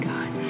God